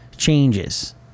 changes